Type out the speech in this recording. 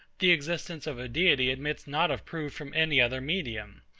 the existence of a deity admits not of proof from any other medium.